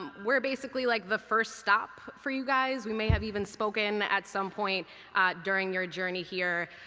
we're basically like the first stop for you guys. we may have even spoken at some point during your journey here.